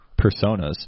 personas